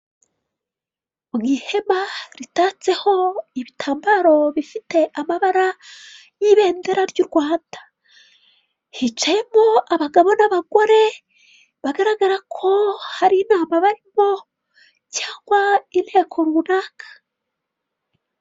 Mu ihema ritatseho ibitambaro bifite amabara y'ibendera ry'u Rwanda, hicayemo abagabo n'abagore bigaragara ko hari inama barimo cyangwa inteko runaka.